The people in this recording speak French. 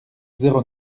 zéro